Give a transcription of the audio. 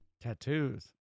Tattoos